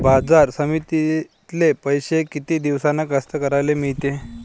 बाजार समितीतले पैशे किती दिवसानं कास्तकाराइले मिळते?